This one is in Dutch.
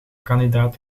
kandidaat